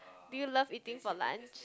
do you love eating for lunch